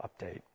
update